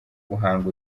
guhanga